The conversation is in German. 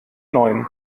neuen